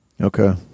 Okay